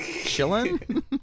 chilling